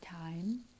time